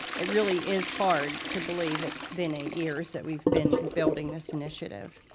it really is hard to believe it's been eight years that we've been and building this initiative.